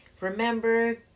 Remember